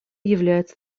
является